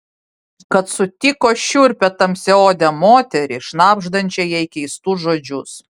kad sutiko šiurpią tamsiaodę moterį šnabždančią jai keistus žodžius